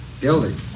Guilty